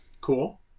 Cool